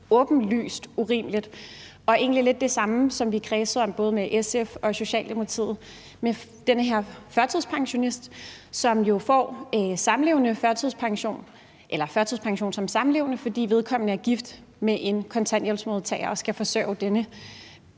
åbenlyst urimeligt, og som egentlig lidt er det samme, som vi kredsede om både med SF og med Socialdemokratiet, nemlig det med den her førtidspensionist, som jo får førtidspension som samlevende, fordi vedkommende er gift med en kontanthjælpsmodtager og skal forsørge denne.